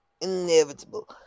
inevitable